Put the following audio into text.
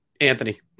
anthony